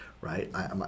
right